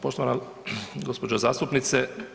Poštovana gđo. zastupnice.